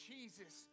Jesus